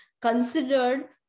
considered